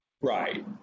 Right